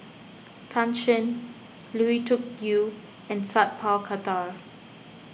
Tan Shen Lui Tuck Yew and Sat Pal Khattar